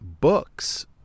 books